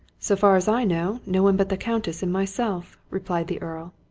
so far as i know, no one but the countess and myself, replied the earl.